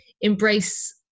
embrace